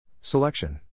Selection